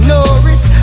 Norris